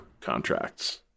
contracts